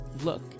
look